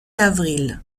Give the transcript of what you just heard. avril